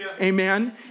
Amen